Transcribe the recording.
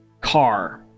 car